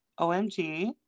omg